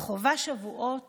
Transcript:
וחווה שבועות